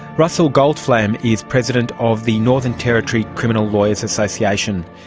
russell goldflam is president of the northern territory criminal lawyers association.